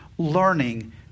learning